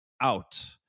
out